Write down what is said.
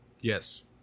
Yes